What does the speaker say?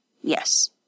Yes